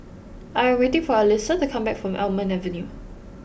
I am waiting for Alysia to come back from Almond Avenue